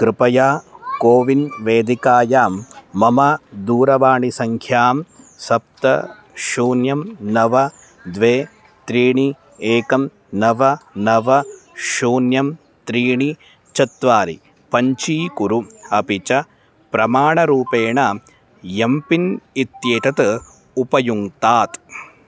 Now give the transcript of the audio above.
कृपया कोविन् वेदिकायां मम दूरवाणिसङ्ख्यां सप्त शून्यं नव द्वे त्रीणि एकं नव नव शून्यं त्रीणि चत्वारि पञ्जीकुरु अपि च प्रमाणरूपेण एम् पिन् इत्येतत् उपयुङ्क्तात्